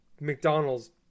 McDonald's